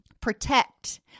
protect